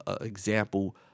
example